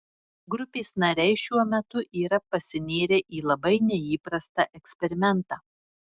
grupės nariai šiuo metu yra pasinėrę į labai neįprastą eksperimentą